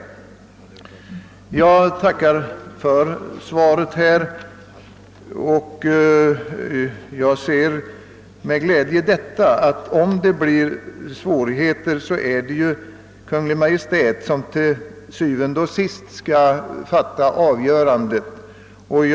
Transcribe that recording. Jag tackar för svaret, och jag ser med glädje att det, om det blir svårigheter, är Kungl. Maj:t som til syvende og sidst skall avgöra saken.